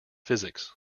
physics